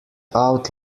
out